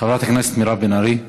חברת הכנסת מירב בן ארי.